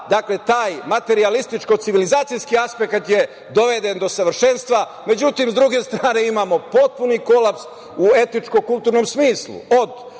Dakle, taj materijalističko-civilizacijski aspekat je dovede do savršenstva.Međutim, sa druge strane imamo potpuni kolaps u etnički-kulturnom smislu